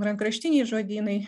rankraštiniai žodynai